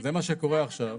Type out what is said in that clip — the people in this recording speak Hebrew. זה מה שקורה עכשיו.